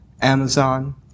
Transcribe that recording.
Amazon